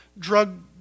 drug